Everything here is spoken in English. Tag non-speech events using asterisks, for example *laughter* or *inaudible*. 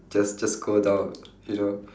just just go down *noise* you know